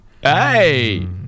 Hey